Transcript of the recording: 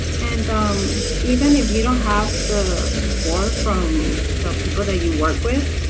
and um even if you don't have the support from the people that you work with,